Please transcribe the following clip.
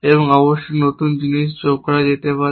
এবং অবশ্যই নতুন জিনিস যোগ করা যেতে পারে